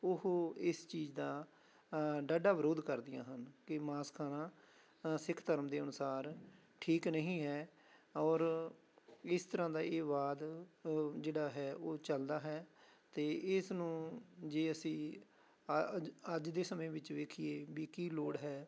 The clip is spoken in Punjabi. ਉਹ ਇਸ ਚੀਜ਼ ਦਾ ਡਾਢਾ ਵਿਰੋਧ ਕਰਦੀਆਂ ਹਨ ਕਿ ਮਾਸ ਖਾਣਾ ਸਿੱਖ ਧਰਮ ਦੇ ਅਨੁਸਾਰ ਠੀਕ ਨਹੀਂ ਹੈ ਔਰ ਇਸ ਤਰ੍ਹਾਂ ਦਾ ਹੀ ਏ ਵਾਦ ਜਿਹੜਾ ਹੈ ਉਹ ਚੱਲਦਾ ਹੈ ਅਤੇ ਇਸ ਨੂੰ ਜੇ ਅਸੀਂ ਅੱਜ ਦੇ ਸਮੇਂ ਵਿੱਚ ਵੀ ਵੇਖੀਏ ਵੀ ਕੀ ਲੋੜ ਹੈ